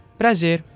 prazer